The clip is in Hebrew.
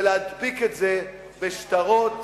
ולהדביק את זה בשטרות,